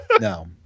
No